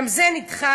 וגם זה נדחה.